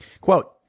Quote